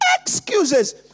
excuses